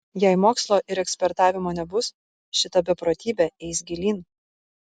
jei mokslo ir ekspertavimo nebus šita beprotybė eis gilyn